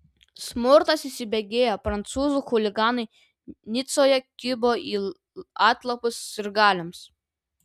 smurtas įsibėgėja prancūzų chuliganai nicoje kibo į atlapus sirgaliams